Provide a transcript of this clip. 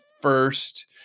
first